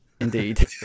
Indeed